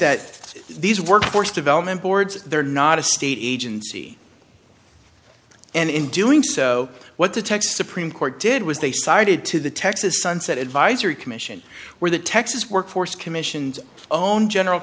that these workforce development boards are not a state agency and in doing so what the texas supreme court did was they cited to the texas sunset advisory commission where the texas workforce commission's own general